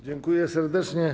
Dziękuję serdecznie.